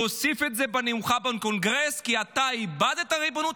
תוסיף את זה בנאומך בקונגרס כי אתה איבדת ריבונות,